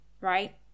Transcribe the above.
right